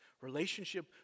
relationship